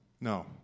No